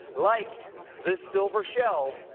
like this silver shell,